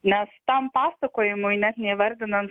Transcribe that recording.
nes tam pasakojimui net neįvardinant